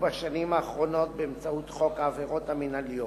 בשנים האחרונות באמצעות חוק העבירות המינהליות,